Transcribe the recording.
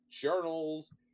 journals